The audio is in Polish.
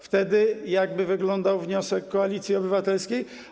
Wtedy jak by wyglądał wniosek Koalicji Obywatelskiej?